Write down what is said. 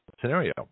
scenario